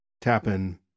tapping